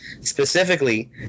specifically